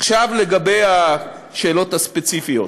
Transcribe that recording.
עכשיו לגבי השאלות הספציפיות.